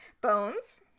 Bones